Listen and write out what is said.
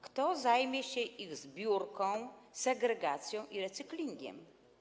Kto zajmie się ich zbiórką, segregacją i recyklingiem?